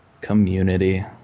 Community